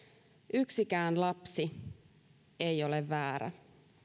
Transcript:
yksikään lapsi ei ole väärä